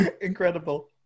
Incredible